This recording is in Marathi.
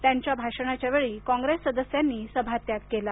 त्यांच्या भाषणाच्या वेळी काँग्रेस सदस्यांनी सभात्याग केला